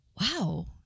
wow